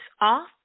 off